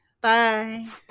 Bye